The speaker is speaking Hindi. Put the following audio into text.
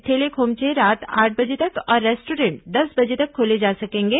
ठेले खोमचे रात आठ बजे तक और रेस्टॉरेंट दस बजे तक खोले जा सकेंगे